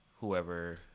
whoever